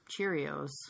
Cheerios